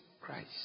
Christ